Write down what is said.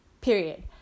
Period